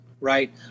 Right